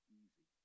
easy